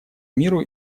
миру